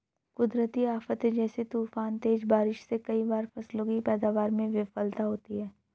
कुदरती आफ़ते जैसे तूफान, तेज बारिश से कई बार फसलों की पैदावार में विफलता होती है